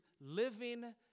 living